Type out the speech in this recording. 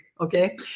Okay